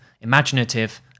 imaginative